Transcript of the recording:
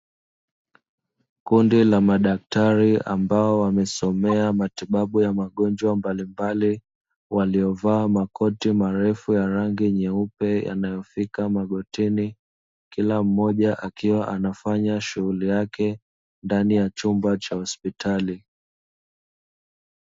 Kundi la madaktari ambao wamesomea matibabu ya magonjwa mbalimbali, waliovaa makoti marefu ya rangi nyeupe yanayo fika magotini, kila mmoja akiwa anafanya shughuli yake ndani ya chumba cha hospitali